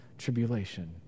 tribulation